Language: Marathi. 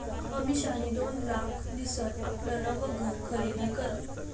अमिषानी दोन लाख दिसन आपलं नवं घर खरीदी करं